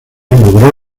logró